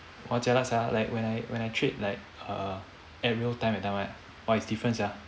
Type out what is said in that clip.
!wah! jialat sia like when I when I trade like err at real time that time right !wah! it's different sia